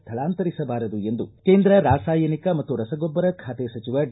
I ಸ್ಥಳಾಂತರಿಸಬಾರದು ಎಂದು ಕೇಂದ್ರ ರಾಸಾಯನಿಕ ಮತ್ತು ರಸಗೊಬ್ಬರ ಖಾತೆ ಸಚಿವ ಡಿ